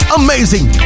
amazing